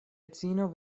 edzino